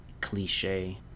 cliche